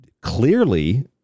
clearly